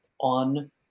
on